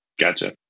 Gotcha